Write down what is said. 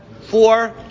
four